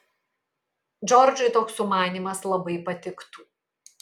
džordžui toks sumanymas labai patiktų